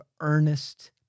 earnest